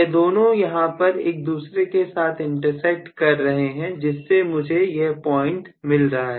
यह दोनों यहां पर एक दूसरे के साथ इंटरसेक्ट कर रहे हैं जिससे मुझे यह पॉइंट मिल रहा है